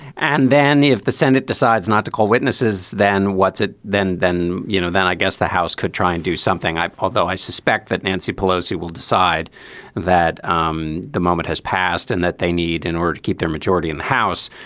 and then if the senate decides not to call witnesses, then what's it then? then, you know, then i guess the house could try and do something. i although i suspect that nancy pelosi will decide that um the moment has passed and that they need in order to keep their majority in the house,